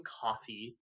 coffee